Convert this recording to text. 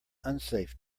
unsafe